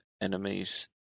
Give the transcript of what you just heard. enemies